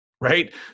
Right